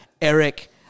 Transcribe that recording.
Eric